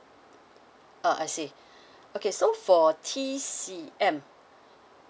uh I see okay so for T_C_M